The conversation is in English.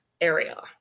area